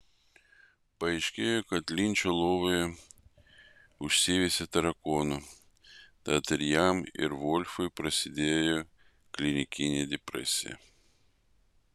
paaiškėjo kad linčo lovoje užsiveisė tarakonų tad ir jam ir volfui prasidėjo klinikinė depresija